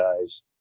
guys